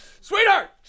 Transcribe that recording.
Sweetheart